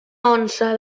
onça